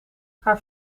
haar